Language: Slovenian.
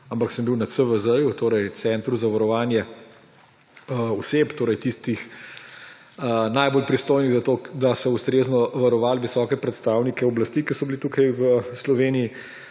ampak sem bil na CVZ, to je Centru za varovanje oseb, torej tistih najbolj pristojnih za to, da so ustrezno varovali visoke predstavnike oblasti, ki so bili tukaj v Sloveniji.